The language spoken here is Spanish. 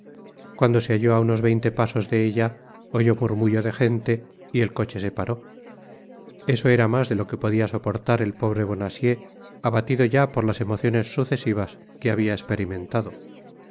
cuando se halló á unos veinte pasos de ella oyó murmullo de gente y el coche se paró eso era mas de lo que podia soportar el pobre bonacieux abatido ya por las emociones sucesivas que habia esperimentado